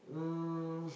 um